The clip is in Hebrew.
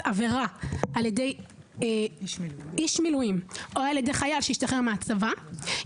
עבירה על ידי איש מילואים או על ידי חייל שהשתחרר מהצבא,